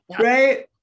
Right